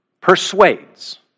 persuades